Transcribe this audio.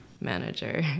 manager